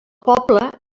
poble